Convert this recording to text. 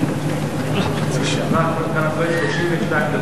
חבר הכנסת דיכטר.